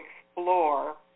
explore